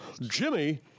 Jimmy